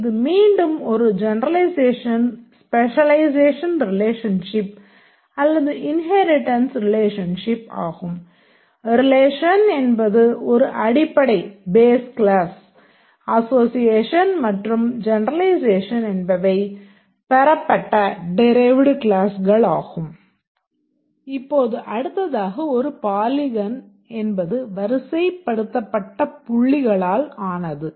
இப்போது அடுத்ததாக ஒரு பாலிகன் என்பது வரிசைப்படுத்தப்பட்ட புள்ளிகளால் ஆனது